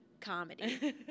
comedy